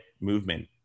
movement